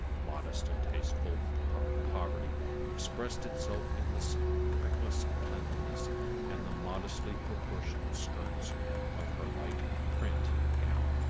modest and tasteful poverty expressed itself in the speckless cleanliness and the modestly proportioned skirts of her light print gown,